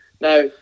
Now